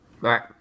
right